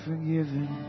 forgiven